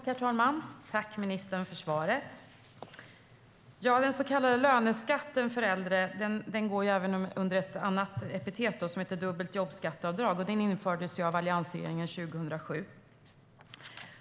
Herr talman! Tack, ministern, för svaret! Den så kallade löneskatten för äldre går även under ett annat epitet, dubbelt jobbskatteavdrag, och infördes av alliansregeringen 2007.